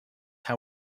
how